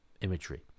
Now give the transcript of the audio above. imagery